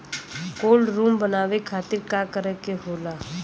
Cold room बनावे खातिर का करे के होला?